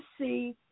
see